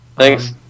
Thanks